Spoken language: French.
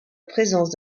présence